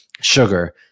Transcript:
sugar